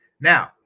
Now